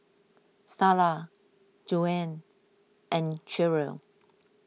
Starla Joanne and Cherrelle